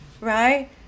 right